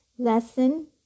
Lesson